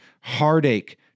heartache